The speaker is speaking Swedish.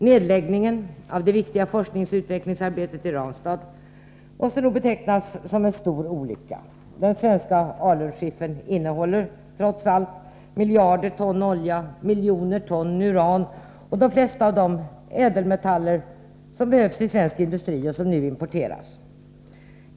Nedläggningen av det viktiga forskningsoch utvecklingsarbetet i Ranstad måste nog betecknas som en stor olycka. Den svenska alunskiffern innehåller ju trots allt miljarder ton olja, miljoner ton uran samt de flesta av de ädelmetaller som behövs i svensk industri och som nu importeras.